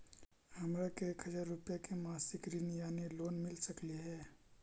हमरा के एक हजार रुपया के मासिक ऋण यानी लोन मिल सकली हे?